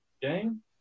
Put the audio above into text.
game